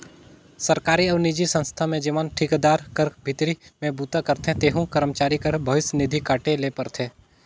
सरकारी अउ निजी संस्था में जेमन ठिकादार कर भीतरी में बूता करथे तेहू करमचारी कर भविस निधि काटे ले परथे